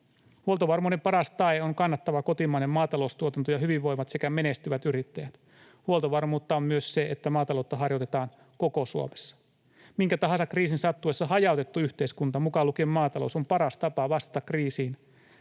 Huoltovarmuuden paras tae on kannattava kotimainen maataloustuotanto ja hyvinvoivat sekä menestyvät yrittäjät. Huoltovarmuutta on myös se, että maataloutta harjoitetaan koko Suomessa. Minkä tahansa kriisin sattuessa hajautettu yhteiskunta, mukaan lukien maatalous, on paras tapa vastata kriisin